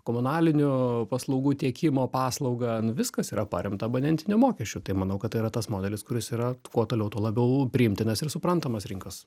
komunalinių paslaugų tiekimo paslaugą viskas yra paremta abonentiniu mokesčiu tai manau kad tai yra tas modelis kuris yra kuo toliau tuo labiau priimtinas ir suprantamas rinkos